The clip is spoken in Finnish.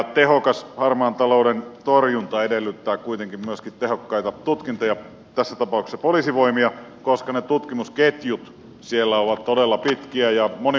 tehokas harmaan talouden torjunta edellyttää kuitenkin myöskin tehokkaita tutkinta ja tässä tapauksessa poliisivoimia koska ne tutkimusketjut siellä ovat todella pitkiä ja monimutkaisia